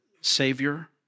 Savior